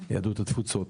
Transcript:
יהדות התפוצות